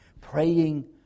Praying